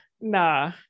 Nah